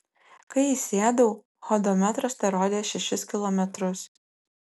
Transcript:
kai įsėdau hodometras terodė šešis kilometrus